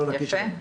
יפה.